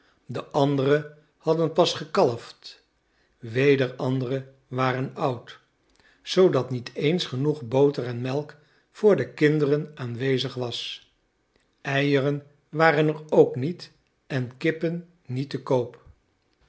de andere hadden pas gekalfd weder andere waren oud zoodat niet eens genoeg boter en melk voor de kinderen aanwezig was eieren waren er ook niet en kippen niet te koop